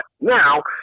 now